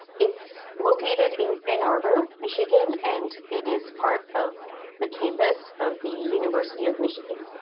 it's located in ann arbor, michigan and it is part of the campus of the university of michigan.